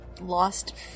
lost